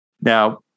Now